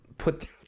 put